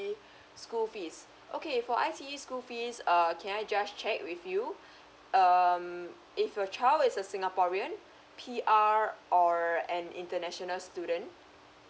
school fees okay for I_T_E school fees err can I just check with you um is your child is a singaporean P_R or an international student